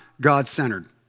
God-centered